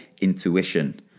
intuition